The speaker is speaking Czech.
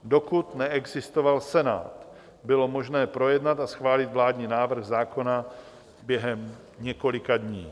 Dokud neexistoval Senát, bylo možné projednat a schválit vládní návrh zákona během několika dní.